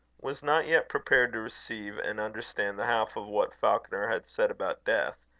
was not yet prepared to receive and understand the half of what falconer had said about death,